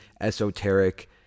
esoteric